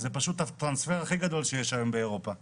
זה הטרנספר הכי גדול שיש היום באירופה, פחד.